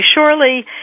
surely